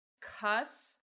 cuss